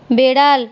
বেড়াল